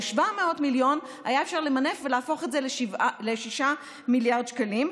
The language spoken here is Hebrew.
את ה-700 מיליון היה אפשר למנף ולהפוך את זה ל-6 מיליארד שקלים,